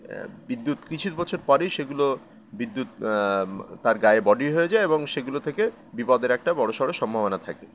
বিদ্যুৎ কিছু বছর পরেই সেগুলো বিদ্যুৎ তার গায়ে বডি হয়ে যায় এবং সেগুলো থেকে বিপদের একটা বড়ো সড়ো সম্ভাবনা থাকে